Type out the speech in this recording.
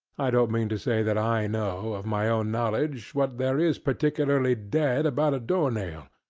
i don't mean to say that i know, of my own knowledge, what there is particularly dead about a door-nail.